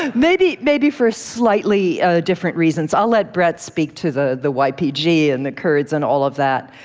and maybe maybe for slightly ah different reasons. i'll let brett speak to the the ypg and the kurds and all of that.